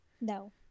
No